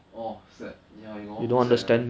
orh set ya you got one more set right